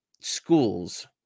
schools